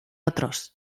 otros